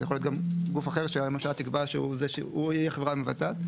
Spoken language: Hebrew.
זה יכול להיות גם גוף אחר שהממשלה תקבע שהוא יהיה החברה המבצעת.